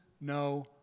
no